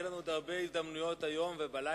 יהיו לנו עוד הרבה הזדמנויות היום ובלילה.